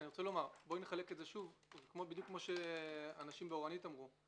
בואי נחלק את זה שוב, כמו שאנשים באורנית אמרו.